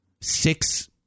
six